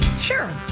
sure